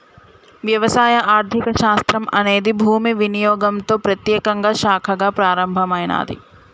వ్యవసాయ ఆర్థిక శాస్త్రం అనేది భూమి వినియోగంతో ప్రత్యేకంగా శాఖగా ప్రారంభమైనాది